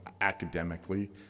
academically